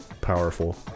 powerful